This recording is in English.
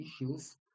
issues